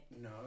No